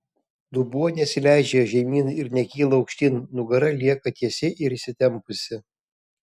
dubuo nesileidžia žemyn ir nekyla aukštyn nugara lieka tiesi ir įsitempusi